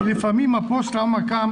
כי לפעמים הפוסט טראומה,